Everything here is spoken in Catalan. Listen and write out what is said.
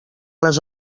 les